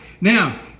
now